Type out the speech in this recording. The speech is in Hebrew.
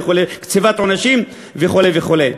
קציבת עונשים וכו' וכו'.